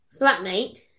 flatmate